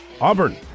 Auburn